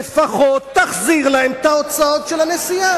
שלפחות תחזיר להם את ההוצאות של הנסיעה.